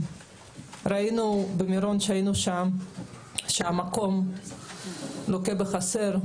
כאשר היינו במירון ראינו שהמקום לוקה בחסר.